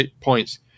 points